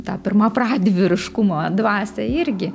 tą pirmapradį vyriškumo dvasią irgi